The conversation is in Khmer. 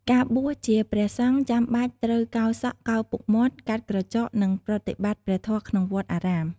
ការបួសជាព្រះសង្ឃចាំបាច់ត្រូវកោរសក់ កោរពុកមាត់ កាត់ក្រចក និងប្រតិបត្តិព្រះធម៌ក្នុងវត្តអារាម។